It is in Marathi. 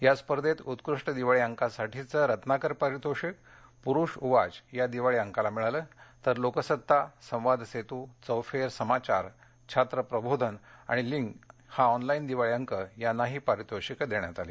या स्पर्धेत उत्कृष्ट दिवाळी अंकासाठीचे रत्नाकर पारितोषिक पुरुष उवाच या दिवाळी अंकाला मिळालं तर लोकसत्ता संवाद सेतू चौफेर समाचार छात्र प्रबोधन आणि लिंग हा ऑनलाईन दिवाळी अंक यांनाही पारितोषिके प्रदान करण्यात आली